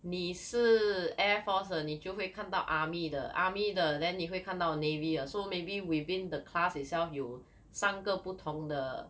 你是 air force 的你就会看到 army 的 army 的 then 你会看到 navy 的 so maybe within the class itself 有三个不同的